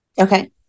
Okay